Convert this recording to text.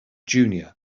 junior